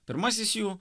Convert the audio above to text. pirmasis jų